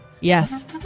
Yes